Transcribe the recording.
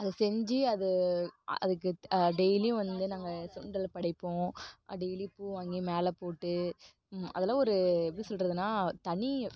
அத செஞ்சு அது அதுக்கு டெய்லியும் வந்து நாங்கள் சுண்டல் படைப்போம் டெய்லி பூ வாங்கி மேலே போட்டு அதெல்லாம் ஒரு எப்படி சொல்கிறதுன்னா தனி